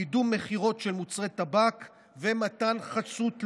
קידום מכירות של מוצרי טבק ומתן חסות להם.